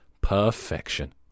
perfection